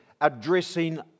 addressing